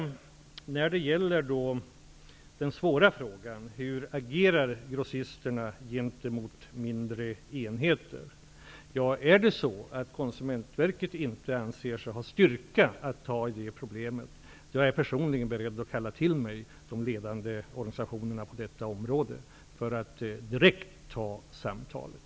Den svåra frågan gäller hur grossisterna agerar mot mindre enheter. Om Konsumentverket inte anser sig ha styrka att ta tag i problemet är jag personligen beredd att kalla till mig de ledande organisationerna på området för att samtala med dem direkt.